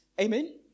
Amen